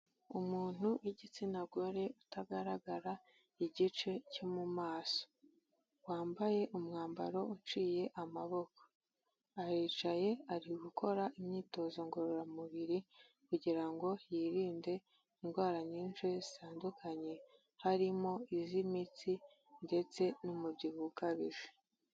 Umuntu w'igitsina gore utagaragara igice cyo mu maso, wambaye umwambaro uciye amaboko, aricaye ari gukora imyitozo ngororamubiri kugira ngo yirinde indwara nyinshi zitandukanye, harimo iz'imitsi ndetse n'umubyibuho ukabije.